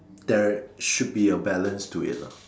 there should be a balance to it lah